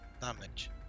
damage